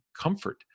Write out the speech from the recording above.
comfort